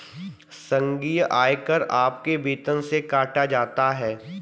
संघीय आयकर आपके वेतन से काटा जाता हैं